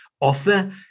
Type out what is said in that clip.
offer